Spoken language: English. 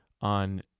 on